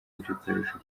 by’akarusho